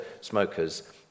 smokers